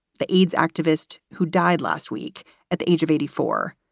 the aids activist who died last week at the age of eighty four,